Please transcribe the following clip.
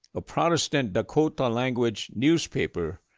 a protestant dakota language newspaper.